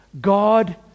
God